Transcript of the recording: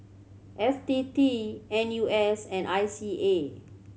F T T N U S and I C A